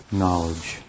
knowledge